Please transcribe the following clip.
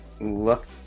Look